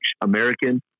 American